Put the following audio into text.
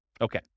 Okay